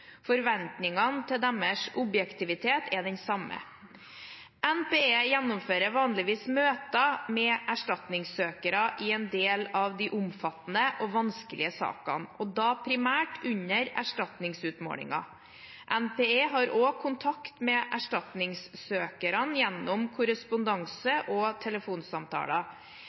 Forventningene til deres objektivitet er den samme. NPE gjennomfører vanligvis møter med erstatningssøkere i en del av de omfattende og vanskelige sakene, og da primært under erstatningsutmålingen. NPE har også kontakt med erstatningssøkerne gjennom korrespondanse og telefonsamtaler.